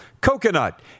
coconut